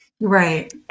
right